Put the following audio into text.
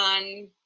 on